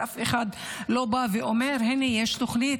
אף אחד לא בא ואומר: הינה יש תוכנית,